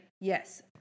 yes